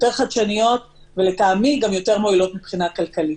יותר חדשניות ולטעמי גם יותר מועילות מבחינה כלכלית.